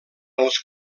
els